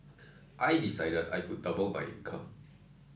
I decided I could double my income